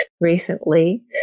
recently